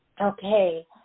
okay